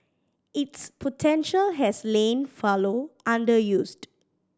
its potential has lain fallow underused